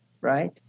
Right